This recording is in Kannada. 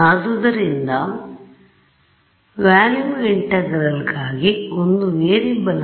ಆದ್ದರಿಂದ ವಾಲ್ಯುಮ್ ಇಂಟೆಗ್ರಲ್ ಗಾಗಿ ಒಂದು ವೇರಿಯೇಬಲ್ variable